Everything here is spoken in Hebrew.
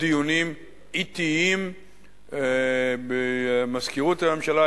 דיונים עתיים במזכירות הממשלה,